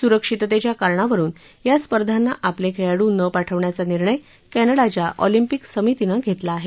सुरक्षितेतच्या कारणावरुन या स्पर्धांना आपले खेळाडू न पाठवण्याचा निर्णय कामडाच्या ऑलिंपिक समितीनं घेतला आहे